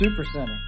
Supercenter